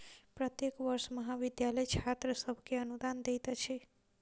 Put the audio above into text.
प्रत्येक वर्ष महाविद्यालय छात्र सभ के अनुदान दैत अछि